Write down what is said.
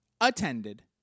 attended